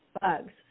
bugs